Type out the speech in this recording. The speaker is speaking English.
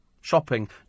shopping